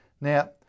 Now